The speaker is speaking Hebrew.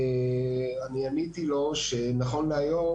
עניתי לו שנכון להיום,